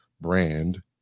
brand